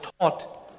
taught